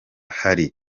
hari